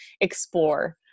explore